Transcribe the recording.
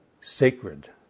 sacred